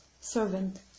servant